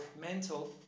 mental